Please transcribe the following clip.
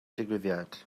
digwyddiad